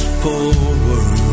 forward